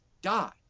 Die